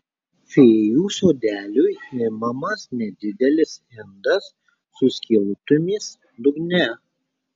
fėjų sodeliui imamas nedidelis indas su skylutėmis dugne